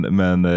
men